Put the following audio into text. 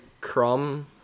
crumb